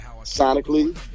Sonically